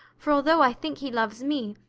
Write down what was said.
for although i think he loves me,